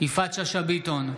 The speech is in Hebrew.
יפעת שאשא ביטון,